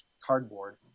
cardboard